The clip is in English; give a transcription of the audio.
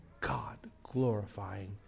God-glorifying